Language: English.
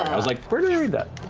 i was like, where did i read that?